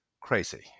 crazy